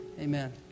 Amen